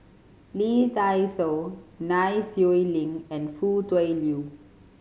Lee Dai Soh Nai Swee Leng and Foo Tui Liew